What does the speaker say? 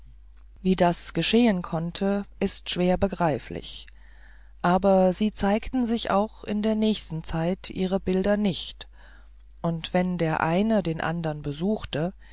wie das geschehen konnte ist schwer begreiflich aber sie zeigten sich auch in der nächsten zeit ihre bilder nicht und wenn der eine den andern besuchte